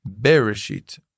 Bereshit